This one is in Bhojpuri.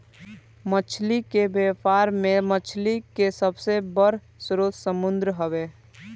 मछली के व्यापार में मछली के सबसे बड़ स्रोत समुंद्र हवे